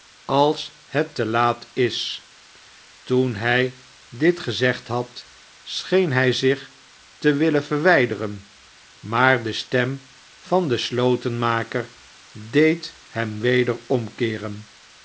als het te laat is toen hij dit gezegd had scheen hij zich te willen verwijderen maar de stem van den slotenmaker deed hem weder omkeeren